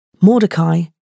Mordecai